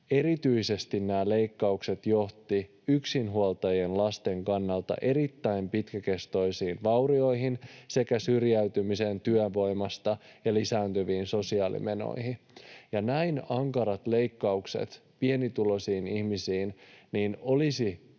mukaan nämä leikkaukset johtivat erityisesti yksinhuoltajien lasten kannalta erittäin pitkäkestoisiin vaurioihin sekä syrjäytymiseen työvoimasta ja lisääntyviin sosiaalimenoihin. Näin ankarat leikkaukset pienituloisiin ihmisiin olisi